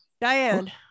Diane